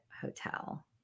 hotel